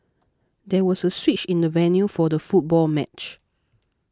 there was a switch in the venue for the football match